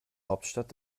hauptstadt